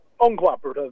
uncooperative